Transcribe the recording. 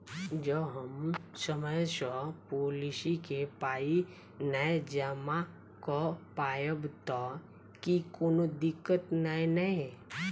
जँ हम समय सअ पोलिसी केँ पाई नै जमा कऽ पायब तऽ की कोनो दिक्कत नै नै?